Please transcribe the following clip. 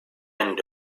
end